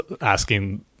asking